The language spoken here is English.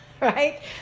right